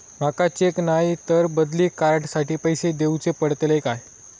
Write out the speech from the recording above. माका चेक नाय तर बदली कार्ड साठी पैसे दीवचे पडतले काय?